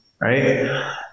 Right